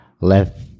left